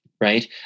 right